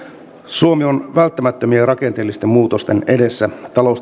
suomi on välttämättömien rakenteellisten muutosten edessä